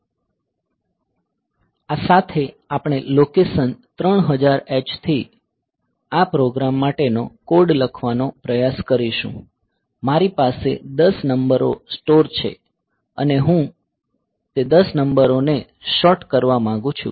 આ સાથે આપણે લોકેશન 3000h થી આ પ્રોગ્રામ માટેનો કોડ લખવાનો પ્રયાસ કરીશું મારી પાસે ૧૦ નંબરો સ્ટોર છે અને હું તે ૧૦ નંબરોને સોર્ટ કરવા માંગુ છું